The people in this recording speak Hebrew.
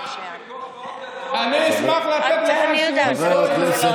אני אשמח לתת לך, חבר הכנסת